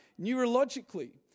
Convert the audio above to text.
neurologically